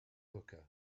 hookah